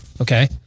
Okay